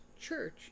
church